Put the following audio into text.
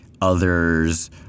Others